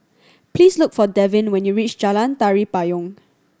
please look for Devyn when you reach Jalan Tari Payong